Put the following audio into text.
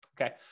Okay